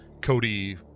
Cody